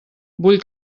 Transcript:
vull